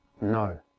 No